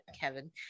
kevin